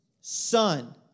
Son